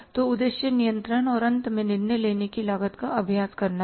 तो उद्देश्य नियंत्रण और अंत में निर्णय लेने की लागत का अभ्यास करना है